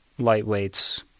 Lightweights